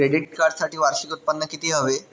Credit कार्डसाठी वार्षिक उत्त्पन्न किती हवे?